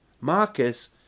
Marcus